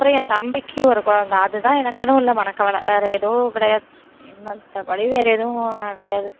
அப்புறம் என் தம்பிக்கு ஒரு கொழந்தை அது தான் எனக்குன்னு உள்ள மனக்கவலை வேறு எதுவும் கிடையாது மற்றபடி வேறு எதுவும் நான் கிடையாது